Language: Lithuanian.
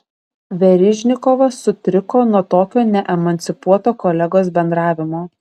verižnikovas sutriko nuo tokio neemancipuoto kolegos bendravimo